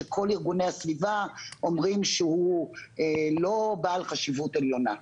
שכל ארגוני הסביבה אומרים שהוא לא בעל חשיבות עליונה.